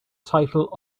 title